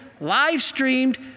live-streamed